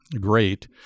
great